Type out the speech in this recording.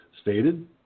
stated